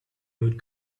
would